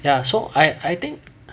ya so I I think